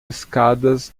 escadas